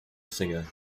singer